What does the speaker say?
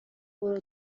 برو